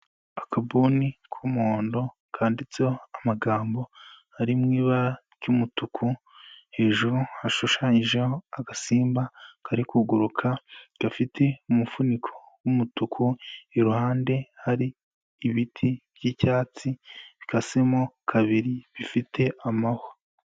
Akabuni k'umuhondo kanditseho amagambo ari mu ibara ry'umutuku, hejuru hashushanyijeho agasimba kari kuguruka gafite umufuniko w'umutuku, iruhande hari ibiti by'icyatsi bikasemo kabiri bifite amahwa.